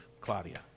Claudia